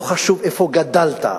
לא חשוב איפה גדלת,